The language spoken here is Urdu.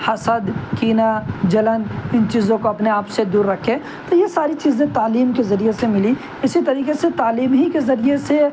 حسد کینہ جلن ان چیزوں کو اپنے آپ سے دور رکھے تو یہ ساری چیزیں تعلیم کے ذریعے سے ملی اسی طریقے سے تعلیم ہی کے ذریعے سے